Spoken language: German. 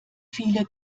viele